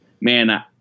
man